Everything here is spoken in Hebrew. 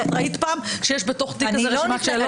האם ראית פעם שיש בתוך תיק כזה רשימת שאלות?